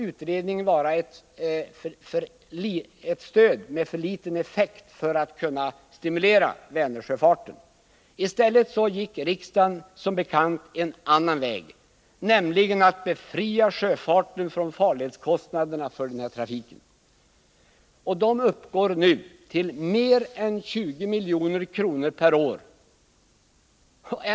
Utredningen fann att ett sådant stöd skulle ge för liten effekt för att kunna stimulera Vänersjöfarten. Som bekant gick riksdagen i stället en annan väg och befriade sjöfarten från farledskostnaderna för denna trafik. Dessa uppgår nu till mer än 20 milj.kr. per år.